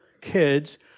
kids